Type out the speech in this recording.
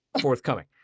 forthcoming